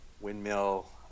windmill